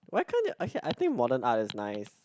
why can't ya okay I think modern art is nice